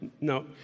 no